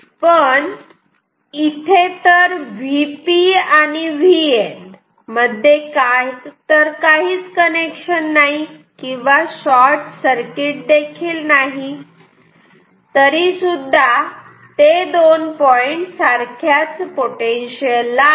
पण इथे तर Vp आणि Vn मध्ये तर काही कनेक्शन नाही किंवा शॉर्टसर्किट देखील नाही तरीसुद्धा ते दोन पॉईंट सारख्याच पोटेन्शियल ला आहेत